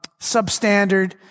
substandard